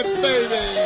baby